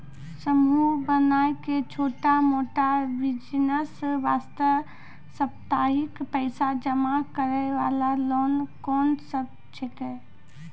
समूह बनाय के छोटा मोटा बिज़नेस वास्ते साप्ताहिक पैसा जमा करे वाला लोन कोंन सब छीके?